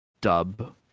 dub